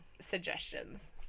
suggestions